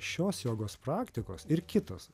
šios jogos praktikos ir kitos